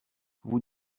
vous